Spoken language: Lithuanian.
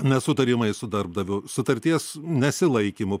nesutarimais su darbdaviu sutarties nesilaikymu